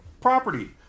property